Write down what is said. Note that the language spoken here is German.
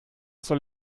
soll